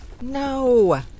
No